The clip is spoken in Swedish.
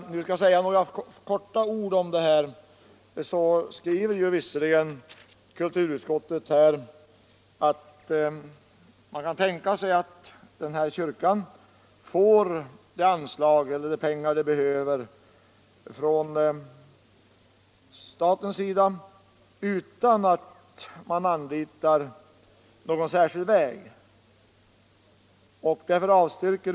Nr 84 Kulturutskottet skriver i sitt betänkande att man kan tänka sig att den här kyrkan får de pengar den behöver från staten utan att man anvisar någon särskild väg.